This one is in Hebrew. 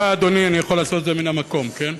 ברשותך, אדוני אני יכול לעשות את זה מן המקום, כן?